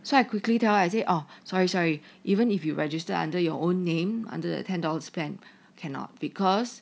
so I quickly tell I say oh sorry sorry even if you register under your own name under the ten dollars spent cannot because